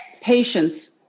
patience